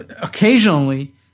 occasionally